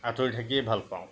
আঁতৰি থাকিয়ে ভাল পাওঁ